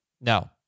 No